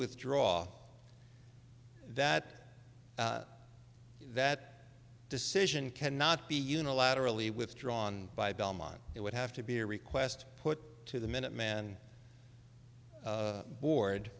withdraw that that decision cannot be unilaterally withdrawn by belmont it would have to be a request put to the minuteman board